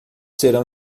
serão